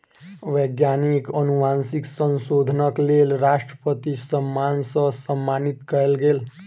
वैज्ञानिक अनुवांशिक संशोधनक लेल राष्ट्रपति सम्मान सॅ सम्मानित कयल गेल